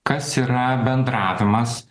kas yra bendravimas